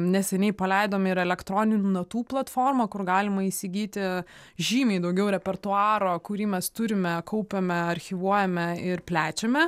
neseniai paleidom ir elektroninių natų platformą kur galima įsigyti žymiai daugiau repertuaro kurį mes turime kaupiame archyvuojame ir plečiame